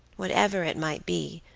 whatever it might be,